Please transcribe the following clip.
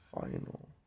Final